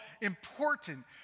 important